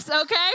okay